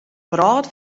wrâld